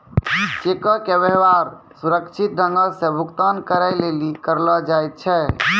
चेको के व्यवहार सुरक्षित ढंगो से भुगतान करै लेली करलो जाय छै